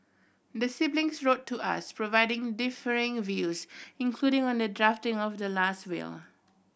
the siblings wrote to us providing differing views including on the drafting of the last will